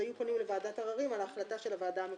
היו פונים לוועדת עררים על ההחלטה של הוועדה המקומית.